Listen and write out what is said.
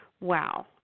Wow